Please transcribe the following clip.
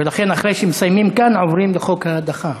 ולכן אחרי שמסיימים כאן עוברים לחוק ההדחה.